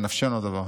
בנפשנו הדבר.